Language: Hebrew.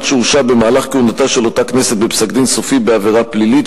שהורשע במהלך כהונתה של אותה כנסת בפסק-דין סופי בעבירה פלילית,